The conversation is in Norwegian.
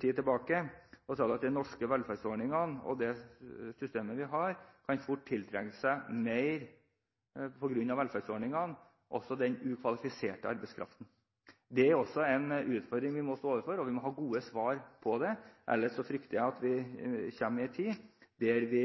tid tilbake. Han sa at de norske velferdsordningene og det systemet vi har, fort kan tiltrekke seg flere på grunn av velferdsordningene, også den ukvalifiserte arbeidskraften. Det er en utfordring vi nå står overfor, og vi må ha gode svar på det, ellers frykter jeg at vi kommer dit at vi